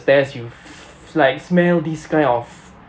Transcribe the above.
stairs you f~ like smell this kind of